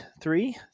three